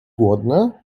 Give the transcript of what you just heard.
głodna